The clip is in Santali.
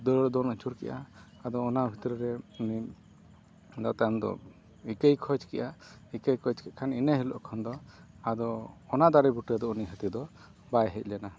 ᱫᱟᱹᱲ ᱫᱚᱱ ᱟᱹᱪᱩᱨ ᱠᱮᱜᱼᱟ ᱟᱫᱚ ᱚᱱᱟ ᱵᱷᱤᱛᱨᱤ ᱨᱮ ᱩᱱᱤ ᱟᱫᱚ ᱛᱟᱭᱚᱢ ᱫᱚ ᱤᱠᱟᱹᱭ ᱠᱷᱚᱡᱽ ᱠᱮᱜᱼᱟ ᱤᱠᱟᱹᱭ ᱠᱚᱭ ᱠᱮᱫ ᱠᱷᱟᱱ ᱫᱚ ᱤᱱᱟᱹ ᱦᱤᱞᱳᱜ ᱠᱷᱚᱱ ᱫᱚ ᱟᱫᱚ ᱚᱱᱟ ᱫᱟᱨᱮ ᱵᱩᱴᱟᱹ ᱫᱚ ᱩᱱᱤ ᱦᱟᱹᱛᱤ ᱫᱚ ᱵᱟᱭ ᱦᱮᱡ ᱞᱮᱱᱟ